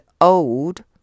old